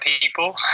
people